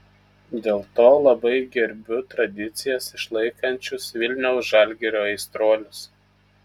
dėl to labai gerbiu tradicijas išlaikančius vilniaus žalgirio aistruolius